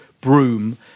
broom